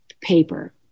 paper